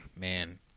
man